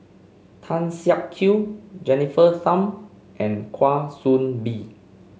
Tan Siak Kew Jennifer Tham and Kwa Soon Bee